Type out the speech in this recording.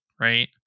right